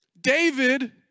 David